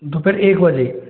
दोपहर एक बजे